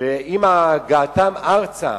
עם הגעתם ארצה